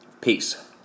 Peace